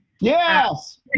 Yes